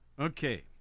Okay